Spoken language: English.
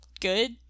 good